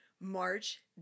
march